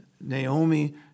Naomi